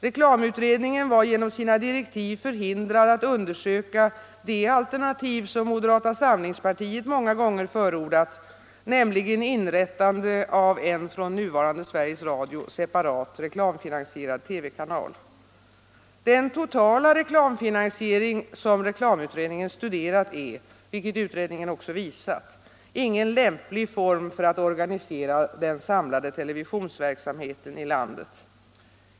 Reklamutredningen var genom sina direktiv förhindrad att undersöka det alternativ som moderata samlingspartiet många gånger förordat, nämligen inrättande av en från nuvarande Sveriges Radio separat reklamfinasierad TV-kanal. Den totala reklamfinansiering som reklamutredningen studerat är, vilket utredningen också visat, ingen lycklig form för att organisera den samlade televisionsverksamheten i landet.